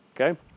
okay